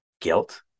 guilt